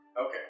Okay